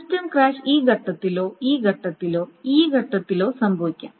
system crash ഈ ഘട്ടത്തിലോ ഈ ഘട്ടത്തിലോ ഈ ഘട്ടത്തിലോ സംഭവിക്കാം